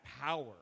power